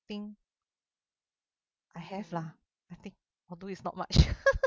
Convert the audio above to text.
thing I have lah I think although it's not much